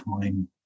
time